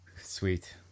Sweet